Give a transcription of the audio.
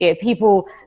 People